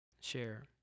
Share